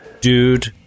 dude